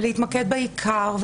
להתמקד בעיקר,